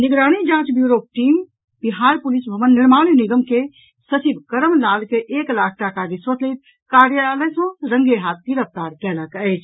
निगरानी जांच ब्यूरोक टीम बिहार पुलिस भवन निर्माण निगम के सचिव करमलाल के एक लाख टाका रिश्वत लैत कार्यालय सँ रंगे हाथ गिरफ्तार कयलक अछि